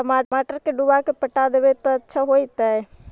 टमाटर के डुबा के पटा देबै त अच्छा होतई?